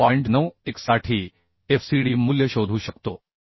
91 साठी Fcd मूल्य शोधू शकतो